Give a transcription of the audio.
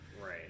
right